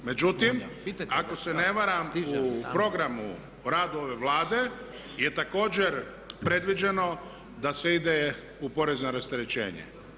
Međutim, ako se ne varam u programu o radu ove Vlade je također predviđeno da se ide u porezno rasterećenje.